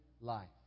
life